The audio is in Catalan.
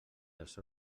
dels